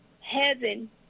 Heaven